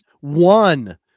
one